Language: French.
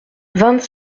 vingt